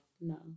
no